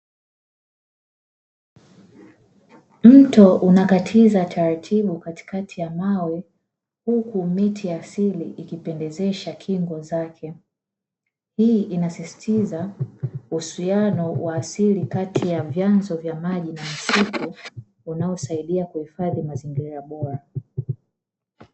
Mto unakatiza taratibu katikati ya mawe, huku miti ya asili ikipendezesha kingo zake hii inasisitiza uhusiano wa asili kati ya vyanzo vya maji na misitu unaosaidia kuhifadhi mazingira bora.